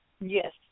Yes